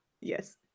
Yes